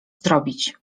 zrobić